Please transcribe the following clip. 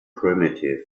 primitive